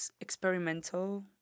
experimental